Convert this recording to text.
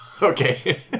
Okay